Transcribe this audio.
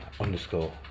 underscore